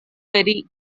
very